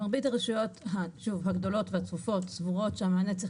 מרבית הרשויות הגדולות והצפופות סבורות שהמענה צריך